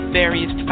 various